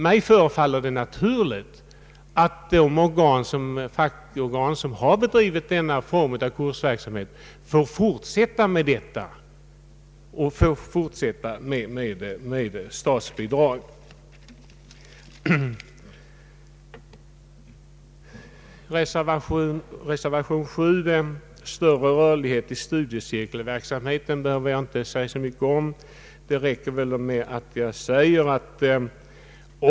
Mig förefaller det naturligt att de fackorgan som har bedrivit denna form av kursverksamhet får fortsätta därmed och får statsbidrag. Reservation 7 gäller större rörlighet 1 studiecirkelverksamheten, och den frågan behöver jag inte säga så mycket om.